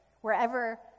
wherever